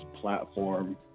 platform